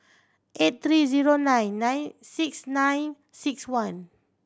eight three zero nine nine six nine six one